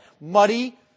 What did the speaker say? muddy